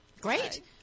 Great